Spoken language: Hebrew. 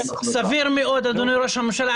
סביר מאוד, אדוני ראש הממשלה.